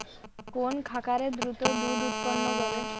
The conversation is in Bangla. কোন খাকারে দ্রুত দুধ উৎপন্ন করে?